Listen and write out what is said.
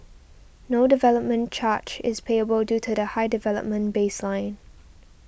no development charge is payable due to the high development baseline